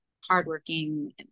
hardworking